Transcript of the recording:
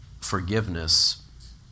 forgiveness